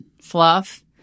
Fluff